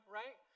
right